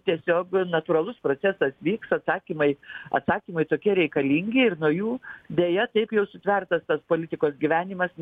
tiesiog natūralus procesas vyksta atsakymai atsakymai tokie reikalingi ir nuo jų deja taip jau sutvertas tas politikos gyvenimas